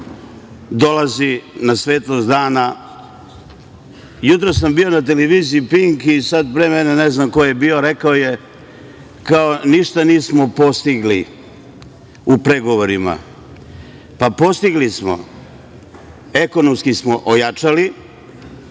dolazi na svetlost dana. Jutros sam bio na televiziji „Pink“ i sad pre mene ne znam ko je bio rekao je - ništa nismo postigli u pregovorima. Pa, postigli smo. Ekonomski smo ojačali,